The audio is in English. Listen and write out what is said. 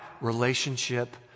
relationship